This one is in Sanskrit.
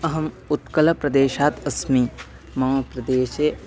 अहम् उत्कलप्रदेशात् अस्मि मम प्रदेशे